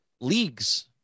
leagues